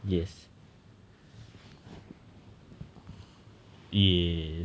yes yes